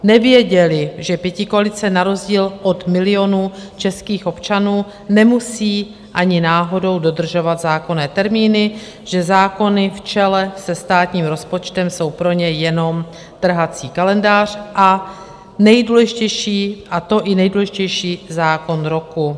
Nevěděli, že pětikoalice na rozdíl od milionů českých občanů nemusí ani náhodou dodržovat zákonné termíny, že zákony v čele se státním rozpočtem jsou pro ně jenom trhací kalendář, a to i nejdůležitější zákon roku.